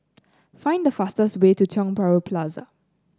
find the fastest way to Tiong Bahru Plaza